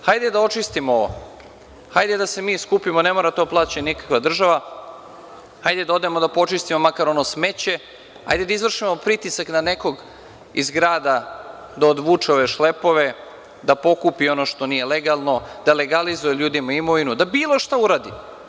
Hajde da očistimo, hajde da se mi skupimo, ne mora to da plaća nikakva država, hajde da odemo da počistimo makar ono smeće, hajde da izvršimo pritisak na nekog iz grada da odvuče ove šlepove, da pokupi ono što nije legalno, da legalizuje ljudima imovinu, da bilo šta uradi.